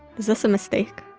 was this a mistake?